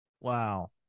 Wow